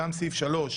סעיף נוסף: